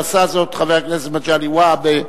עשה זאת חבר הכנסת מגלי והבה,